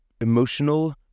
emotional